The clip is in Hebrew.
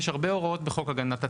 יש הרבה הוראות בחוק הגנת הצרכן,